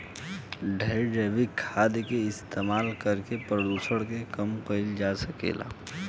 ढेरे जैविक खाद के इस्तमाल करके प्रदुषण के कम कईल जा सकेला